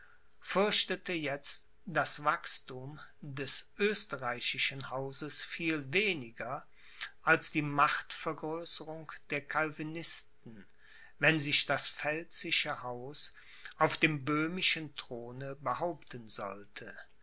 fürchtete jetzt das wachsthum des österreichischen hauses viel weniger als die machtvergrößerung der calvinisten wenn sich das pfälzische haus auf dem böhmischen throne behaupten sollte